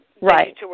Right